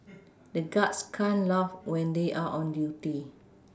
the guards can't laugh when they are on duty